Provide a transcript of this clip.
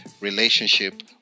relationship